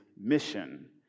mission